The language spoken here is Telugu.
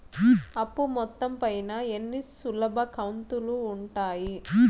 అప్పు మొత్తం పైన ఎన్ని సులభ కంతులుగా ఉంటాయి?